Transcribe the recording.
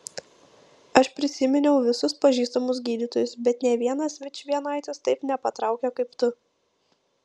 aš prisiminiau visus pažįstamus gydytojus bet nė vienas vičvienaitis taip nepatraukia kaip tu